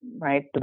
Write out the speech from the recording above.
right